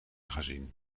gezien